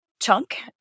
chunk